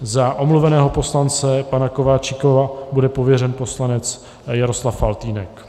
Za omluveného poslance pana Kováčika bude pověřen poslanec Jaroslav Faltýnek.